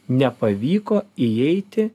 nepavyko įeiti